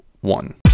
one